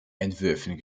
entwürfen